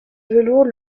velours